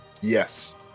yes